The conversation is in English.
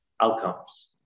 outcomes